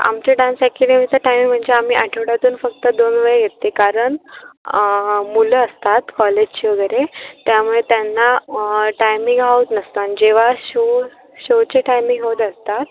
आमच्या डान्स अकॅडमीचा टायमिंग म्हणजे आम्ही आठवड्यातून फक्त दोन वेळ येते कारण मुलं असतात कॉलेजची वगैरे त्यामुळे त्यांना टायमिंग हा होत नसतो आणि जेव्हा शो शोचे टायमिंग होत असतात